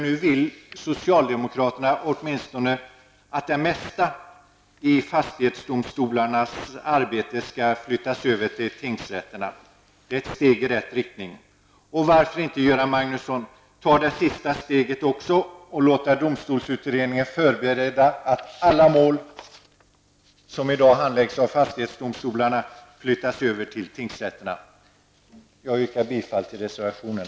Nu vill socialdemokraterna åtminstone att det mesta av fastighetsdomstolarnas arbete skall flyttas över till tingsrätterna. Det är ett steg i rätt riktning. Varför inte, Göran Magnusson, ta också det sista steget och låta domstolsutredningen förbereda en överflyttning till tingsrätterna av alla mål som i dag handläggs av fastighetsdomstolarna? Herr talman! Jag yrkar bifall till reservationen.